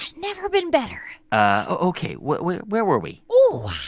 never been better ah ok, where were where were we? oh,